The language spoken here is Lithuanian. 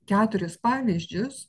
keturis pavyzdžius